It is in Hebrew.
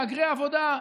מהגרי עבודה,